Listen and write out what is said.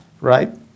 right